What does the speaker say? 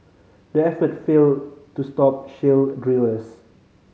the effort failed to stop shale drillers